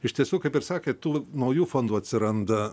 iš tiesų kaip ir sakė tų naujų fondų atsiranda